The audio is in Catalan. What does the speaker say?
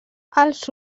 els